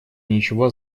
ничего